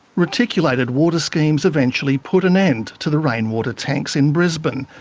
reticulated water schemes eventually put an end to the rainwater tanks in brisbane,